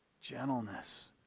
gentleness